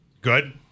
Good